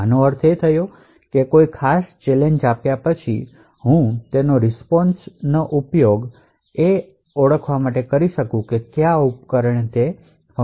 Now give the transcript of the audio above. આનો અર્થ એ છે કે કોઈ ખાસ ચેલેન્જ આપ્યા પછી હું રીસ્પોન્શનો ઉપયોગ આવશ્યક રીતે તે ઓળખવા માટે કરી શકું કે કયા ઉપકરણે તે વિશિષ્ટ ફંકશન ચલાવ્યું છે